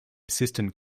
assistant